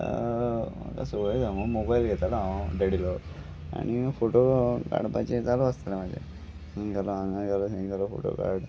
म्हाका सगळे हांगा मोबायल घेतालो हांव डॅडीलो आनी फोटो काडपाचे चालू आसतले म्हाजें थंय गेलो हांगा गेलो थंय गेलो फोटो काड